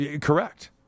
Correct